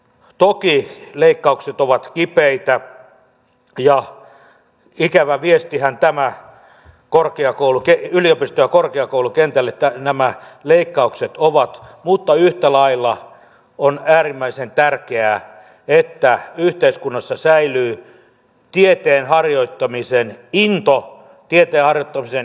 toki leikkaukset ovat kipeitä ja ikävä viestihän yliopisto ja korkeakoulukentälle nämä leikkaukset ovat mutta yhtä lailla on äärimmäisen tärkeää että yhteiskunnassa säilyy tieteen harjoittamisen into tieteen harjoittamisen intohimo